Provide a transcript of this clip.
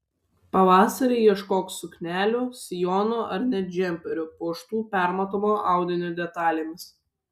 pavasarį ieškok suknelių sijonų ar net džemperių puoštų permatomo audinio detalėmis